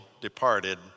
departed